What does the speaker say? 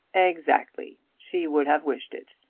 exactly. she would have wished it.